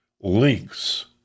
links